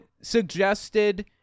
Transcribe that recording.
suggested